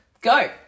Go